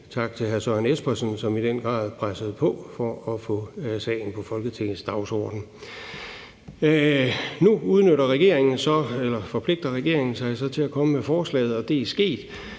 tak til hr. Søren Espersen, som i den grad pressede på for at få sagen på Folketingets dagsorden. Nu forpligter regeringen sig så til at fremsætte forslaget, og det er sket.